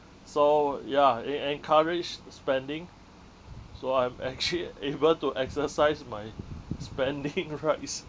so ya it encouraged spending so I'm actually able to exercise my spending rights